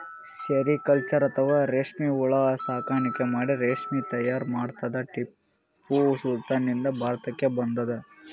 sericulture ಅಥವಾ ರೇಶ್ಮಿ ಹುಳ ಸಾಕಾಣಿಕೆ ಮಾಡಿ ರೇಶ್ಮಿ ತೈಯಾರ್ ಮಾಡದ್ದ್ ಟಿಪ್ಪು ಸುಲ್ತಾನ್ ನಿಂದ್ ಭಾರತಕ್ಕ್ ಬಂದದ್